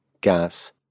gas